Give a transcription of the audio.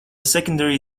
secondary